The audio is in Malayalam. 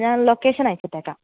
ഞാൻ ലൊക്കേഷൻ അയച്ചിട്ടേക്കാം